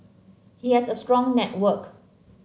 he has a strong network